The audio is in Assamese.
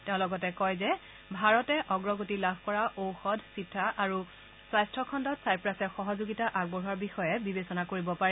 তেওঁ লগতে কয় যে ভাৰতে অগ্ৰগতি লাভ কৰা ঔষধ চিতা আৰু স্বাস্থ্য খণ্ডত ছাইপ্ৰাছে সহযোগিতা আগবঢ়োৱাৰ বিষয়ে বিবেচনা কৰিব পাৰে